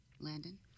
Landon